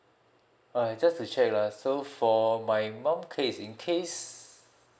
I just to check ah so for my mum case in case